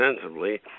sensibly